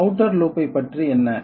இந்த outer loop ஐப் பற்றி என்ன